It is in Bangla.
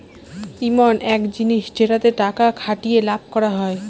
ইমন এক জিনিস যেটাতে টাকা খাটিয়ে লাভ করা হয়